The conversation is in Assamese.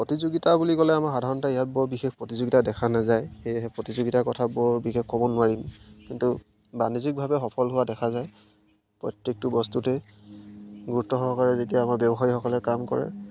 প্ৰতিযোগীতা বুলি ক'লে আমাৰ সাধাৰণতে ইয়াত বৰ বিশেষ প্ৰতিযোগীতা দেখা নাযায় সেয়েহে প্ৰতিযোগীতাৰ কথা বৰ বিশেষ ক'ব নোৱাৰিম কিন্তু বাণিজ্যিকভাৱে সফল হোৱা দেখা যায় প্ৰত্যেকটো বস্তুতেই গুৰুত্ব সহকাৰে যেতিয়া আমাৰ ব্যৱসায়ীসকলে কাম কৰে